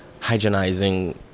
hygienizing